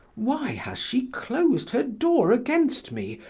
why has she closed her door against me,